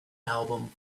album